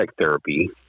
therapy